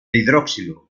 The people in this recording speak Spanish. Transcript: hidroxilo